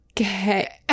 okay